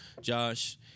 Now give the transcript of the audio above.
Josh